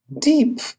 deep